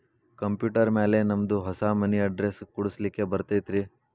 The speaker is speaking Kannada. ಕಂಪ್ಯೂಟರ್ ಮ್ಯಾಲೆ ನಮ್ದು ಹೊಸಾ ಮನಿ ಅಡ್ರೆಸ್ ಕುಡ್ಸ್ಲಿಕ್ಕೆ ಬರತೈತ್ರಿ?